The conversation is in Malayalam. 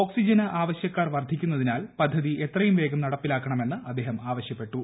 ഓക്സിജന് ആവശ്യക്കാർ വർദ്ധിക്കുന്നതിനാൽ പദ്ധതി എത്രയും വേഗം നടപ്പിലാക്കണമെന്ന് അദ്ദേഹം ആവശ്യപ്പെട്ടു